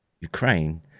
Ukraine